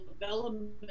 development